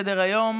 מצביעים.